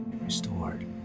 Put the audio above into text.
restored